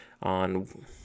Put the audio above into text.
On